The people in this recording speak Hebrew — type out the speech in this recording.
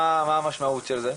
מה המשמעות של זה.